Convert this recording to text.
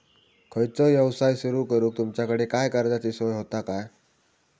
खयचो यवसाय सुरू करूक तुमच्याकडे काय कर्जाची सोय होता काय?